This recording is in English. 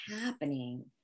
happening